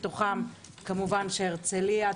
מתוכם כמובן הרצליה,